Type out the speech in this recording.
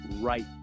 right